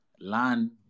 learn